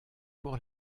pour